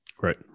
Right